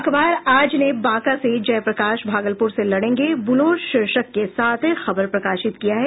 अखबार आज ने बांका से जयप्रकाश भागलपुर से लडेंगे बुलो शीर्षक के सथ खबर प्रकाशित किया है